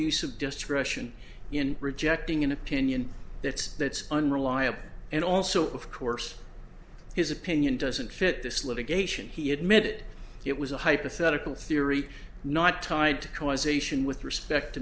abuse of discretion in rejecting an opinion that's that's unreliable and also of course his opinion doesn't fit this litigation he admitted it was a hypothetical theory not tied to causation with respect to